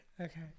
Okay